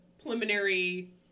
preliminary